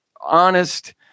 honest